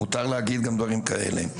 מותר להגיד גם דברים כאלה.